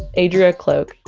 adria kloke,